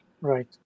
Right